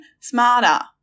smarter